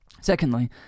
Secondly